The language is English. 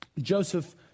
Joseph